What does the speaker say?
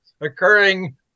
occurring